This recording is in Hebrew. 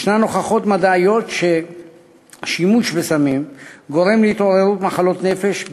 ישנן הוכחות מדעיות לכך ששימוש בסמים גורם להתעוררות מחלות נפש,